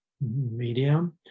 medium